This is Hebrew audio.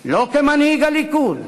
לא כמנהיג הליכוד,